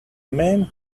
man